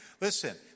Listen